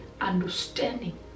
understanding